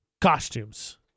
Costumes